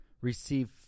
Receive